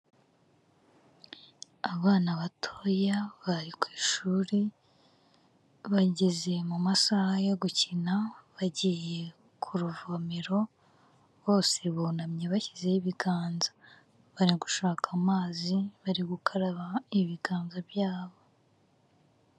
Abana batoya bari ku ishuri bageze mu masaha yo gukina, bagiye ku ruvomero bose bunamye bashyizeho ibiganza, bari gushaka amazi bari gukaraba ibiganza byabo.